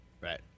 Right